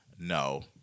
No